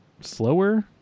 slower